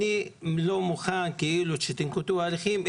אלה שאומרים אני לא מוכן שתנקטו הליכים,